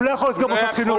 הוא לא יכול לסגור מוסד חינוך.